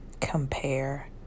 compare